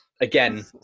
Again